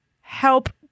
help